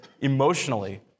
emotionally